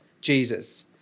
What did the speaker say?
Jesus